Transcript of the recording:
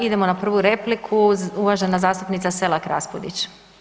Idemo na prvu repliku, uvažena zastupnica SElak Raspudić.